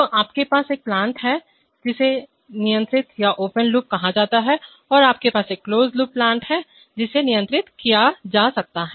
तो आपके पास एक प्लांट है जिसे अनियंत्रित या ओपन लूप कहा जाता है और आपके पास एक क्लोज लूप प्लांट भी है जिसे नियंत्रित किया जाता है